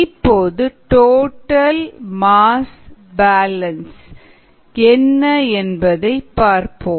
இப்போது total mass balance என்ன என்பதை பார்ப்போம்